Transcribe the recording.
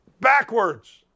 Backwards